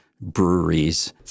breweries